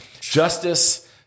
Justice